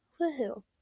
Woohoo